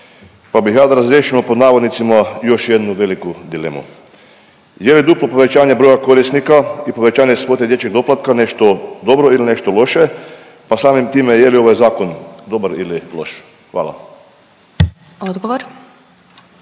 pa bih ja da razriješimo pod navodnicima još jednu veliku dilemu. Je li duplo povećanje broja korisnika i povećanje svote dječjeg doplatka nešto dobro ili nešto loše, pa samim time je li ovaj zakon dobar ili loš? Hvala.